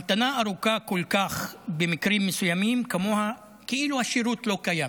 המתנה ארוכה כל כך במקרים מסוימים כמוה כאילו השירות לא קיים.